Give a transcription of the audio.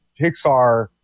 Pixar